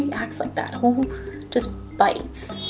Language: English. and acts like that? who just bites?